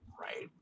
Right